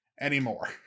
anymore